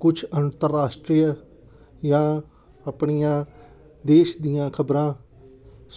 ਕੁਛ ਅੰਤਰਰਾਸ਼ਟਰੀ ਜਾਂ ਆਪਣੀਆਂ ਦੇਸ਼ ਦੀਆਂ ਖ਼ਬਰਾਂ